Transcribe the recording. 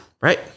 Right